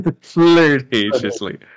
Flirtatiously